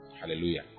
Hallelujah